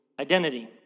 identity